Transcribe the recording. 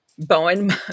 Bowen